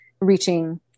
reaching